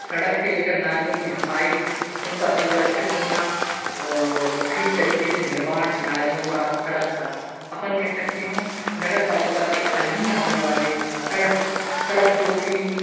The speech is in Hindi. सड़क से लेकर नालियों की सफाई उनका सुव्यवस्थित होना और ठीक तरीके से निर्माण नालियों का सड़क का अपन कह सकते हैं नगरपालिका के अधीन आने वाले सड़क सड़क जो कि